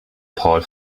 paul